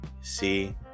see